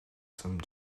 some